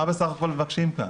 מה בסך הכל מבקשים כאן?